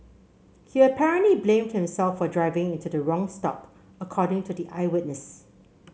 he apparently blamed himself for driving into the wrong stop according to the eyewitness